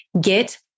Get